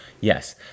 yes